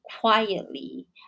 quietly